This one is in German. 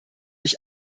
ich